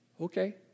Okay